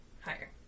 Higher